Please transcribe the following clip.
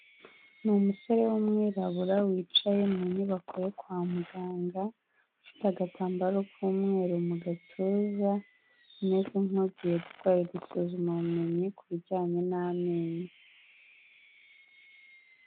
Ni umusore w'umwirabura wicaye mu nyubako yo kwa muganga, ufite agatambaro k'umweru mu gatuza, umeze nk'ugiye gukorerwa isuzumabumenyi kujyanye n'amenyo.